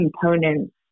components